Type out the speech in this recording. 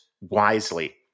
wisely